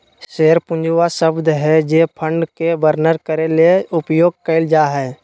share पूंजी वह शब्द हइ जे फंड के वर्णन करे ले उपयोग कइल जा हइ